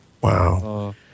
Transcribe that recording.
Wow